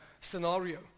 scenario